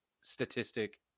statistic